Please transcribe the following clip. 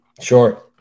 Sure